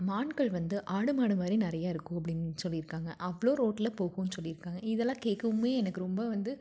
மான்கள் வந்து ஆடு மாடு மாதிரி நிறைய இருக்கும் அப்படின்னு சொல்லியிருக்காங்க அவ்வளோ ரோட்டில் போகும்னு சொல்லியிருக்காங்க இதெல்லாம் கேட்கவுமே எனக்கு ரொம்ப வந்து